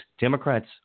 Democrats